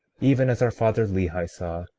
even as our father lehi saw,